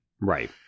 Right